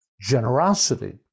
generosity